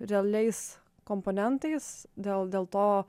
realiais komponentais dėl dėl to